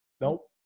Nope